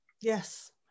Yes